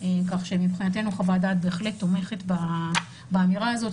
כך שמבחינתנו חוות הדעת בהחלט תומכת באמירה הזאת.